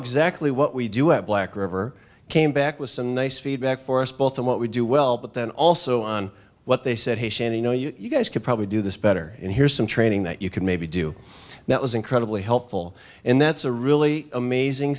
exactly what we do at black river came back with some nice feedback for us both in what we do well but then also on what they said hey shani know you guys could probably do this better and here's some training that you could maybe do that was incredibly helpful and that's a really amazing